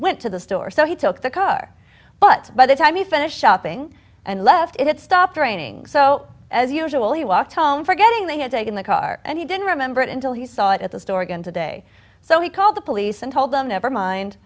went to the store so he took the car but by the time you finish shopping and left it stopped raining so as usual he walked home forgetting they had taken the car and he didn't remember it until he saw it at the store again today so he called the police and told them never mind